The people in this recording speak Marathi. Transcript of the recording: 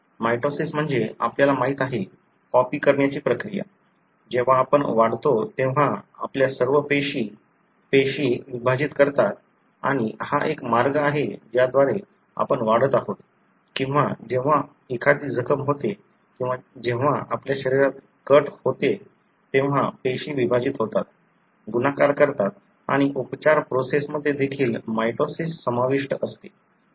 मायटोसिस म्हणजे आपल्याला माहिती आहे कॉपी करण्याची प्रक्रिया जेव्हा आपण वाढतो तेव्हा आपल्या सर्व पेशी पेशी विभाजित करतात आणि हा एक मार्ग आहे ज्याद्वारे आपण वाढत आहोत किंवा जेव्हा एखादी जखम होते किंवा जेव्हा आपल्या शरीरात कट होते तेव्हा पेशी विभाजित होतात गुणाकार करतात आणि उपचार प्रोसेस मध्ये देखील मायटोसिस समाविष्ट असते